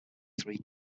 three